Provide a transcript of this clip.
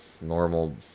normal